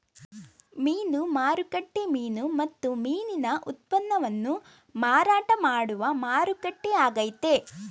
ಮೀನು ಮಾರುಕಟ್ಟೆ ಮೀನು ಮತ್ತು ಮೀನಿನ ಉತ್ಪನ್ನವನ್ನು ಮಾರಾಟ ಮಾಡುವ ಮಾರುಕಟ್ಟೆ ಆಗೈತೆ